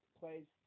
plays